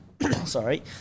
Sorry